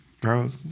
bro